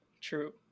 True